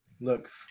Look